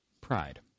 pride